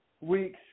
weeks